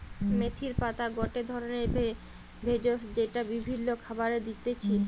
মেথির পাতা গটে ধরণের ভেষজ যেইটা বিভিন্ন খাবারে দিতেছি